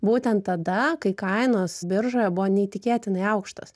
būtent tada kai kainos biržoje buvo neįtikėtinai aukštos